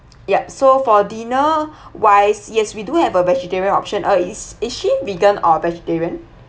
yup so for dinner wise yes we do have a vegetarian option or is is she vegan or vegetarian